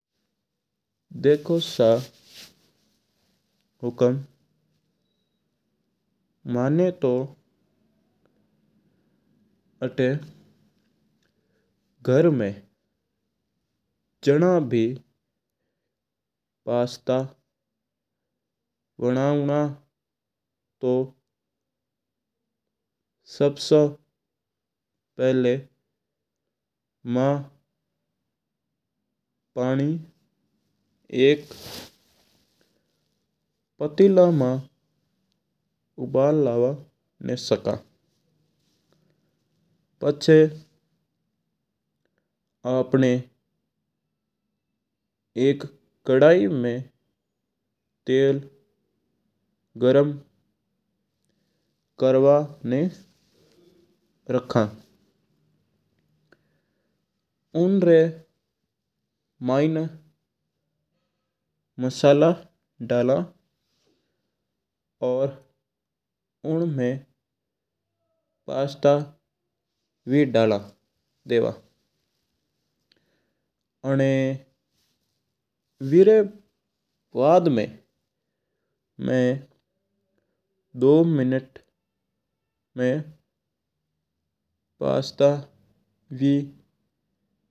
देखो सा हुकम माना तू आता घर में जणा भी पास्ता बनावणा तू सबसू पहला मां पानी एक पितला में उबाल हां। पछ आपणा एक कड़ाई में तेल गर्म करवा न रखा उणता मैना मसाला डल्ला और उण में पास्ता वही डाल देव उणना वेरा बाद में दुई मिनट पास्ता ना ढक्क दे दा।